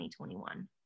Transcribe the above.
2021